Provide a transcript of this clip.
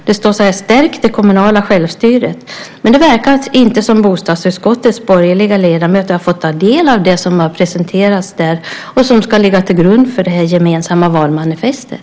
Det står: Stärk det kommunala självstyret! Det verkar inte som att bostadsutskottets borgerliga ledamöter har fått del av det som har presenterats där och som ska ligga till grund för det gemensamma valmanifestet.